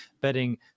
betting